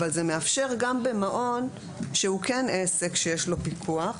אבל זה מאפשר גם במעון שהוא כן עסק שיש לו פיקוח,